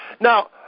Now